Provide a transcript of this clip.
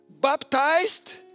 baptized